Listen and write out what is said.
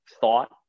thought